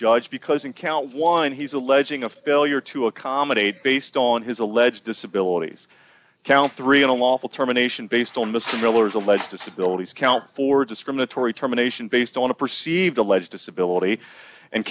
judge because in count one he's alleging a failure to accommodate based on his alleged disability count three in a lawful terminations based on mr miller's alleged disability count for discriminatory terminations based on a perceived alleged disability and